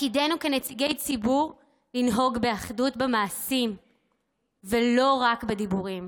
תפקידנו כנציגי ציבור לנהוג באחדות במעשים ולא רק בדיבורים,